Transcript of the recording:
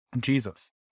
Jesus